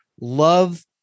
love